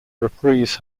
reprise